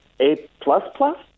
A-plus-plus